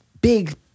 big